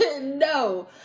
no